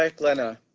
um glenna,